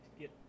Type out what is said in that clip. get